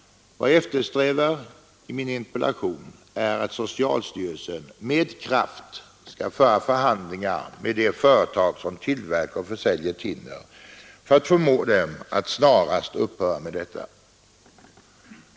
Vad jag eftersträvar i min interpellation är att socialstyrelsen med kraft skall föra förhandlingar med de företag som tillverkar och säljer thinner för att förmå dem att snabbt upphöra med detta.